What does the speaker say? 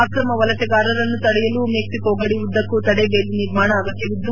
ಅಕ್ರಮ ವಲಸೆಗಾರರನ್ನು ತಡೆಯಲು ಮೆಕ್ಲಿಕೋ ಗಡಿ ಉದ್ದಕ್ಕೂ ತಡೆಬೇಲಿ ನಿರ್ಮಾಣ ಅಗತ್ಯವಿದ್ದು